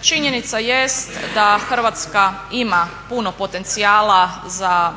činjenica jest da Hrvatska ima puno potencijala za